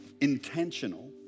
intentional